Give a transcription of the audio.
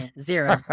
Zero